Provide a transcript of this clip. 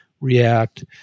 react